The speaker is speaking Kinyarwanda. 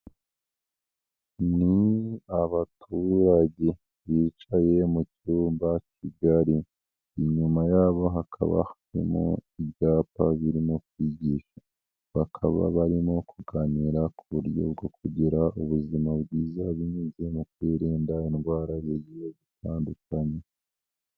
Ni abaturage bicaye mu cyumba cyigari, inyuma yabo hakaba harimo ibyapa birimo kwigisha, bakaba barimo kuganira ku buryo bwo kugira ubuzima bwiza binyuze mu kwirinda indwara zigiye zitandukanye.